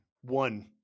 One